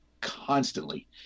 constantly